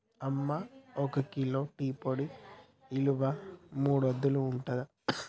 అమ్మ ఒక kilo tea పొడి ఇలువ మూడొందలు ఉంటదట